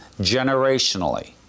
generationally